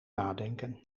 nadenken